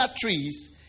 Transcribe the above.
trees